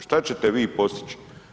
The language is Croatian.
Što ćete vi postići?